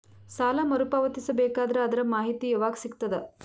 ಸಾಲ ಮರು ಪಾವತಿಸಬೇಕಾದರ ಅದರ್ ಮಾಹಿತಿ ಯವಾಗ ಸಿಗತದ?